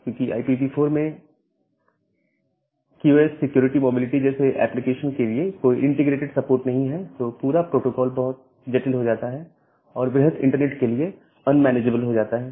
क्योंकि IPv4 में Q O S security mobility जैसे एप्लीकेशंस के लिए कोई इंटीग्रेटेड सपोर्ट नहीं है तो पूरा प्रोटोकोल बहुत जटिल हो जाता है और वृहद इंटरनेट के लिए अनमैनेजेबल हो जाता है